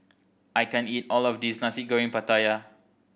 I can't eat all of this Nasi Goreng Pattaya